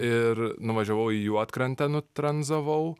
ir nuvažiavau į juodkrantę nutranzavau